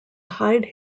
hide